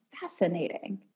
fascinating